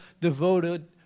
devoted